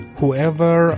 whoever